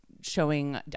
showing